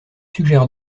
suggère